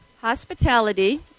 Hospitality